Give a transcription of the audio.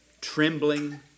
trembling